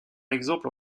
exemple